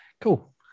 cool